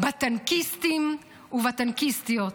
בטנקיסטים ובטנקיסטיות.